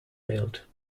built